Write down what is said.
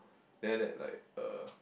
then after that like uh